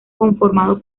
conformado